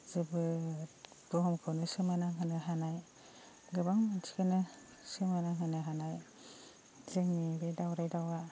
जोबोद बुहुमखौनो सोमोनांहोनो हानाय गोबां मानसिखोनो सोमोनांहोनो हानाय जोंनि बे दाउराइ दाउआ